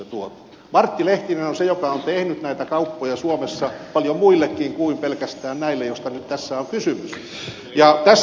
martti lehtinen on se joka on tehnyt näitä kauppoja suomessa paljon muillekin kuin pelkästään näille joista nyt tässä on kysymys